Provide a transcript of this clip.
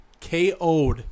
KO'd